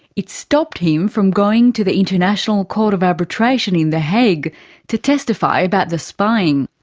it stopped him from going to the international court of arbitration in the hague to testify about the spying.